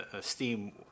steam